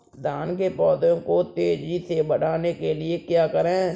धान के पौधे को तेजी से बढ़ाने के लिए क्या करें?